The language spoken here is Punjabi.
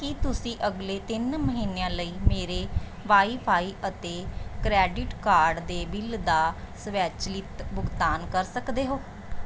ਕੀ ਤੁਸੀਂਂ ਅਗਲੇ ਤਿੰਨ ਮਹੀਨਿਆਂ ਲਈ ਮੇਰੇ ਵਾਈਫ਼ਾਈ ਅਤੇ ਕਰੈਡਿਟ ਕਾਰਡ ਦੇ ਬਿੱਲ ਦਾ ਸਵੈਚਲਿਤ ਭੁਗਤਾਨ ਕਰ ਸਕਦੇ ਹੋ